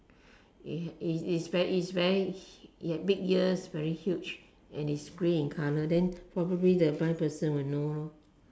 it has it is very it is very he had big ears very huge and is grey in colour then probably the blind person will know lor